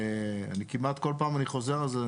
כל פעם אני חוזר על זה.